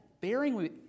bearing